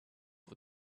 with